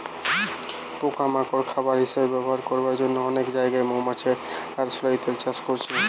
পোকা মাকড় খাবার হিসাবে ব্যবহার করবার জন্যে অনেক জাগায় মৌমাছি, আরশোলা ইত্যাদি চাষ করছে